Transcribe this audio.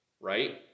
right